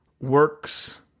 works